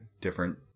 different